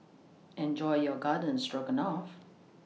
Enjoy your Garden Stroganoff